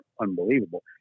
unbelievable